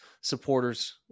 supporters